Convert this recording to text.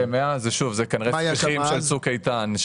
כשמאז זה כנראה ספיחים של "צוק איתן",